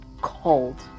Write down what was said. cold